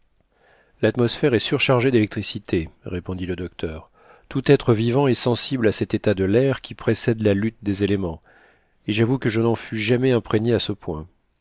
l'atmosphère est surchargée d'électricité répondit le docteur tout être vivant est sensible à cet état de l'air qui précède la lutte des éléments et j'avoue que je n'en fus jamais imprégné à ce point